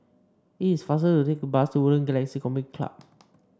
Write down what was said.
it is faster to take bus to Woodlands Galaxy Community Club